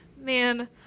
man